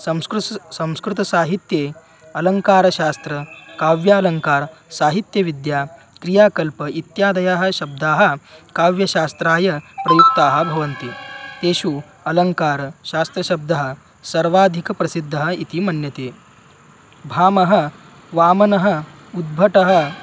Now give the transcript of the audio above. संस्कृस्य संस्कृतसाहित्ये अलङ्कारशास्त्रं काव्यालङ्कारः साहित्यविद्या क्रियाकल्प इत्यादयः शब्दाः काव्यशास्त्राय प्रयुक्ताः भवन्ति तेषु अलङ्कारशास्त्रशब्दः सर्वाधिकप्रसिद्धः इति मन्यते भामहः वामनः उद्भटः